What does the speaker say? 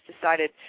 decided